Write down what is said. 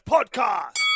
Podcast